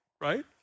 Right